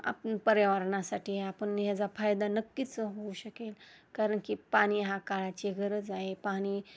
आप पर्यावरणासाठी आपण ह्याचा फायदा नक्कीच होऊ शकेल कारण की पाणी हा काळाची गरज आहे पाणी